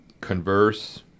converse